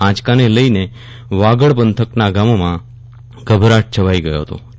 આંચકાને લઈને વાગડ પંથકના ગામોમાં ગભરાટ છવાઈ ગયો હમતો